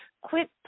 quit